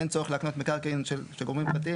אין צורך להקנות מקרקעין של גורמים פרטיים